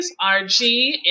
RG